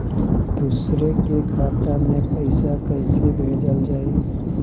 दूसरे के खाता में पइसा केइसे भेजल जाइ?